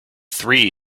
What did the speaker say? three